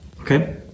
okay